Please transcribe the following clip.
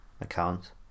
account